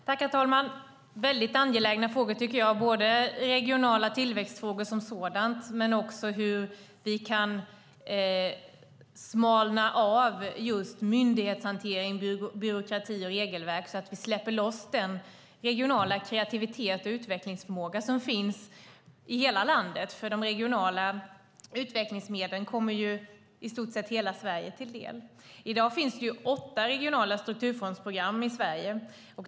Herr talman! Det är väldigt angelägna frågor, tycker jag - både regionala tillväxtfrågor som sådana och hur vi kan smalna av myndighetshantering, byråkrati och regelverk så att vi släpper loss den regionala kreativitet och utvecklingsförmåga som finns i hela landet. De regionala tillväxtmedlen kommer nämligen i stort sett hela Sverige till del. I dag finns det åtta regionala strukturfondsprogram i Sverige.